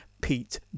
Pete